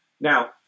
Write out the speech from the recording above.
Now